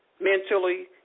mentally